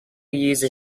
use